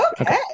Okay